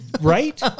right